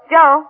Joe